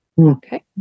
Okay